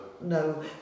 No